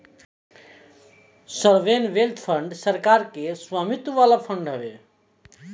sovereign wealth fund सरकार के स्वामित्व वाला फंड हवे